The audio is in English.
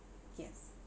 yes